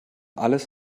alles